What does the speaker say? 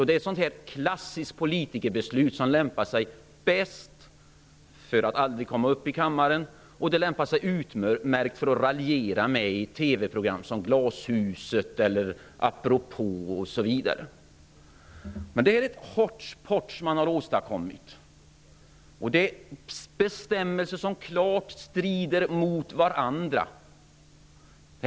Det är ett klassiskt politikerbeslut som aldrig borde komma upp i kammaren. Det lämpar sig utmärkt för att raljera med i TV-program som Glashuset, Apropå osv. Man har åstadkommit ett hotchpotch. Detta är bestämmelser som klart strider mot varandra.